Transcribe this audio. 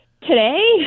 today